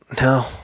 no